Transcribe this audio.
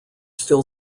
still